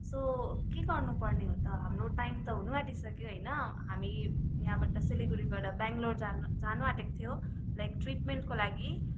so के गर्नुपर्ने हो त हाम्रो टाइम त हुनु आँटिसक्यो होइन हामी यहाँबाट सिलगढीबाट बेङलोर जानु जानु आँटेको थियो लाइक ट्रिटमेन्टको लागि